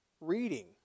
reading